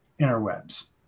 interwebs